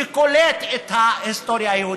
שקולט את ההיסטוריה היהודית,